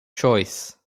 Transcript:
choice